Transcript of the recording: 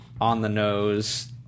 on-the-nose